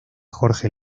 jorge